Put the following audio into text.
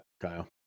Kyle